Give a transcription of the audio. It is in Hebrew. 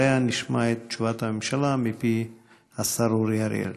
אחריה נשמע את תשובת הממשלה מפי השר אורי אריאל.